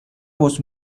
was